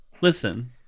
Listen